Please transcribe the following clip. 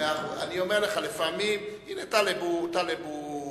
אני אומר לך לפעמים הנה, טלב הוא עורך-דין.